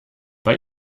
bei